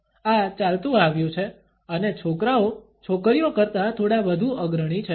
આ ચાલતું આવ્યુ છે અને છોકરાઓ છોકરીઓ કરતા થોડા વધુ અગ્રણી છે